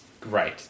Great